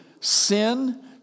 sin